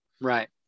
Right